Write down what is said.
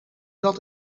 dat